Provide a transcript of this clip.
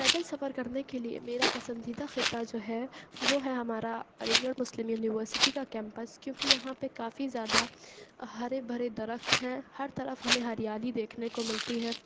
پیدل سفر کرنے کے لیے میرا پسندیدہ خطہ جو ہے وہ ہے ہمارا علی گڑھ مسلم یونیورسٹی کا کیمپس کیونکہ یہاں پہ کافی زیادہ ہرے بھرے درخت ہیں ہر طرف ہمیں ہریالی دیکھنے کو ملتی ہے